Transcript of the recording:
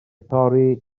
thorri